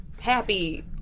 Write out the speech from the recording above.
happy